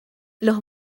los